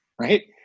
right